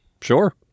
Sure